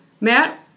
Matt